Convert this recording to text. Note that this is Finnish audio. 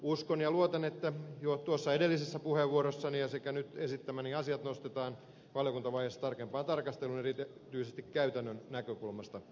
uskon ja luotan että jo tuossa edellisessä puheenvuorossani sekä nyt esittämäni asiat nostetaan valiokuntavaiheessa tarkempaan tarkasteluun erityisesti käytännön näkökulmasta katsoen